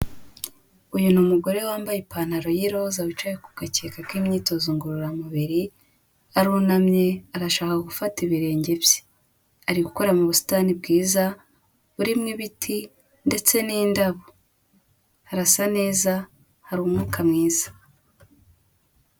Uyu ni umugore wambaye ipantaro y'iroza wicaye ku gakeka k'imyitozo ngororamubiri, arunamye arashaka gufata ibirenge bye, ari gukora mu busitani bwiza, burimo ibiti ndetse n'indabo, harasa neza hari umwuka mwiza.